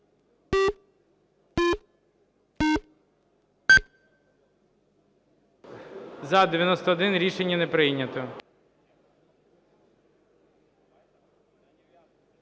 За-61 Рішення не прийнято.